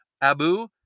abu